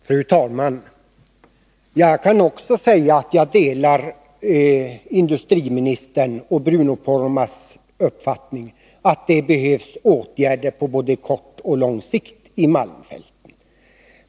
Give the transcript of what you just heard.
Fru talman! Jag kan säga att jag delar industriministerns och Bruno Poromaas uppfattning, att det behövs åtgärder på både kort och lång sikt i malmfälten.